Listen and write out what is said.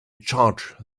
charge